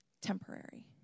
temporary